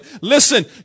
listen